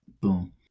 Boom